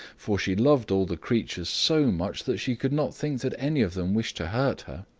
for she loved all the creatures so much, that she could not think that any of them wished to hurt her.